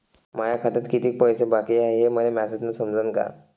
माया खात्यात कितीक पैसे बाकी हाय हे मले मॅसेजन समजनं का?